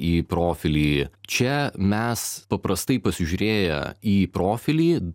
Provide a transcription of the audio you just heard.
į profilį čia mes paprastai pasižiūrėję į profilį